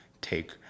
take